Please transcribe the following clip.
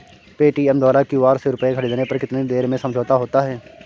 Paytm द्वारा QR से रूपए ख़रीदने पर कितनी देर में समझौता होता है?